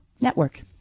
Network